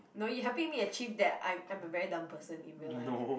no you helping me achieve that I'm I'm a very dumb person in real life